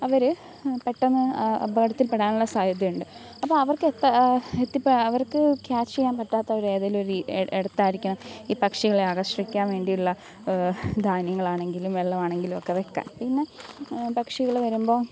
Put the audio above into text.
അവർ പെട്ടെന്ന് അപകടത്തിൽ പെടാനുള്ള സാധ്യതയുണ്ട് അപ്പോൾ അവർക്ക് അവർക്ക് ക്യാച്ച് ചെയ്യാൻ പറ്റാത്ത ഒരു ഏതെങ്കിലും ഒരു ഇടത്തായിരിക്കണം ഈ പക്ഷികളെ ആകർഷിക്കാൻ വേണ്ടിയുള്ള ധാന്യങ്ങൾ ആണെങ്കിലും വെള്ളവും ആണെങ്കിലൊക്കെ വയ്ക്കാൻ പിന്നെ പക്ഷികൾ വരുമ്പോൾ